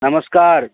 नमस्कार